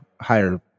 higher